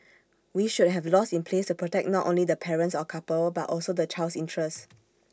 we should have laws in place to protect not only the parents or couple but also the child's interest